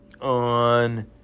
on